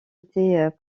était